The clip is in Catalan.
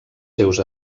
seus